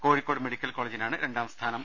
Kozhikode medical കോളജിനാണ് രണ്ടാംസ്ഥാനം